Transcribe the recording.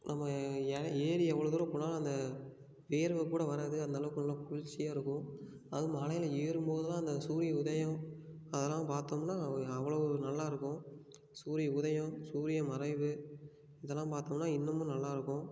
நம்ம ஏறி எவ்வளோ தூரம் போனாலும் அந்த வேர்வை கூட வராது அந்தளவுக்கு நல்லா குளிர்ச்சியாக இருக்கும் அதுவும் மலையில் ஏறும்போது தான் அந்த சூரிய உதயம் அதெல்லாம் பார்த்தோம்னா ஒரு அவ்வளோ ஒரு நல்லாயிருக்கும் சூரிய உதயம் சூரியன் மறைவு இதல்லாம் பார்த்தோம்னா இன்னுமும் நல்லாயிருக்கும்